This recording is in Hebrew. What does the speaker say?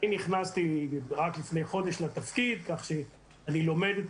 אני נכנסתי לתפקיד רק לפני חודש כך שאני לומד את